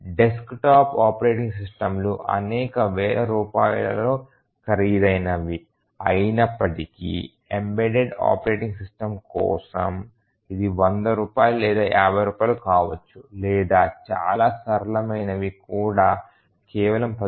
desktop operating సిస్టమ్లు అనేక వేల రూపాయలలో ఖరీదైనవి అయినప్పటికీ ఎంబెడెడ్ ఆపరేటింగ్ సిస్టమ్ కోసం ఇది 100 రూపాయలు లేదా 50 రూపాయలు కావచ్చు లేదా చాలా సరళమైనవి కూడా కేవలం 10 రూపాయలు మాత్రమే కావచ్చు